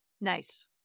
Nice